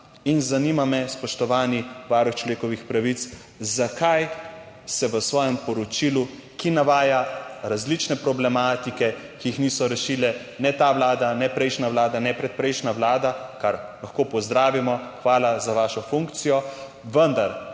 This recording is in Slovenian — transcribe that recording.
In zanima me, spoštovani varuh človekovih pravic, zakaj se v svojem poročilu, ki navaja različne problematike, ki jih niso rešile ne ta vlada ne prejšnja vlada, ne predprejšnja vlada, kar lahko pozdravimo, hvala za vašo funkcijo, vendar